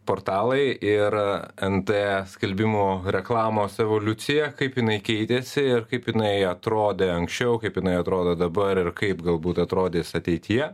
portalai ir nt skelbimų reklamos evoliucija kaip jinai keitėsi ir kaip jinai atrodė anksčiau kaip jinai atrodo dabar ir kaip galbūt atrodys ateityje